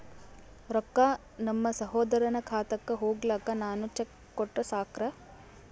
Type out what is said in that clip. ರೊಕ್ಕ ನಮ್ಮಸಹೋದರನ ಖಾತಕ್ಕ ಹೋಗ್ಲಾಕ್ಕ ನಾನು ಚೆಕ್ ಕೊಟ್ರ ಸಾಕ್ರ?